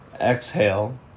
Exhale